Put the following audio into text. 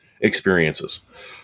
experiences